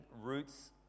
roots